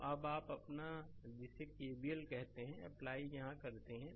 तो अब आप अपना जिसे केवीएल कहते हैं अप्लाई यहां करते हैं